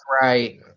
right